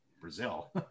Brazil